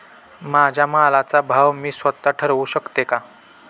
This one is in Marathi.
माझ्या मालाचा भाव मी स्वत: ठरवू शकते का?